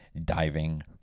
diving